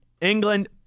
England